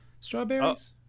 strawberries